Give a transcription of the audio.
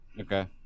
Okay